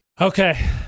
Okay